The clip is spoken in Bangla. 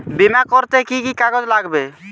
বিমা করতে কি কি কাগজ লাগবে?